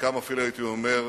חלקם אפילו, הייתי אומר,